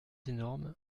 énorme